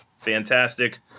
fantastic